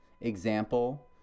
example